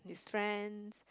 his friend